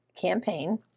campaign